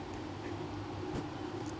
oh okay